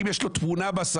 האם יש לו תמונה בסלון?